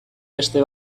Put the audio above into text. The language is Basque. beste